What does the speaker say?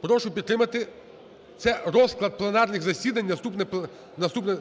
Прошу підтримати, це розклад пленарних засідань наступних…